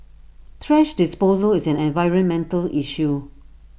thrash disposal is an environmental issue